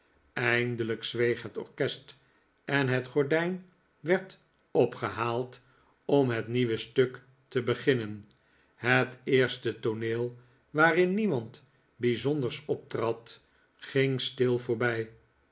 eindelijk zweeg het orkest en het gordijn werd opgehaald om het nieuwe stuk te beginnen het eerste tooneel waarin niemand bijzonders optrad ging stil voorbij